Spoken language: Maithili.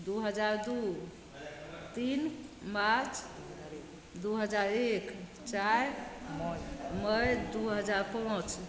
दुइ हजार दुइ तीन मार्च दुइ हजार एक चारि मइ दुइ हजार पाँच